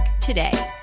today